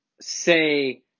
say